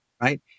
right